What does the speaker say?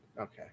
Okay